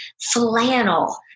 flannel